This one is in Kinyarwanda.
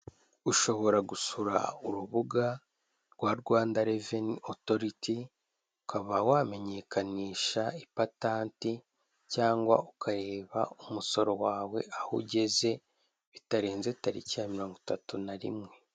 Ushobora gusura urubuga rwa Rwanda reveni otoriti, ukaba wamenyekanisha ipatanti cyangwa ukareba umusoro wawe aho ugeze, bitarenze tariki ya mirongo itatu na rimwe.